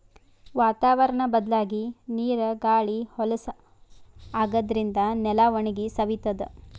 ವಾತಾವರ್ಣ್ ಬದ್ಲಾಗಿ ನೀರ್ ಗಾಳಿ ಹೊಲಸ್ ಆಗಾದ್ರಿನ್ದ ನೆಲ ಒಣಗಿ ಸವಿತದ್